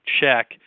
check